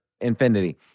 infinity